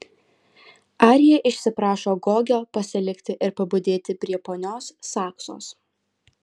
arija išsiprašo gogio pasilikti ir pabudėti prie ponios saksos